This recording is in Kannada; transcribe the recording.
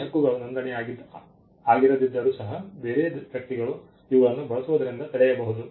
ಈ ಹಕ್ಕುಗಳು ನೊಂದಣಿ ಆಗಿರದಿದ್ದರೂ ಸಹ ಬೇರೆ ವ್ಯಕ್ತಿಗಳು ಇವುಗಳನ್ನು ಬಳಸುವುದರಿಂದ ತಡೆಯಬಹುದು